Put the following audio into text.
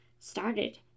started